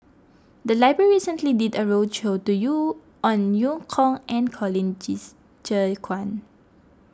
the library recently did a roadshow do you on Eu Kong and Colin Zhe Quan